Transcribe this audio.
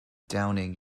downing